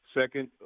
Second